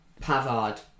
Pavard